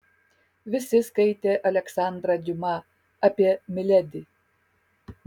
visi skaitė aleksandrą diuma apie miledi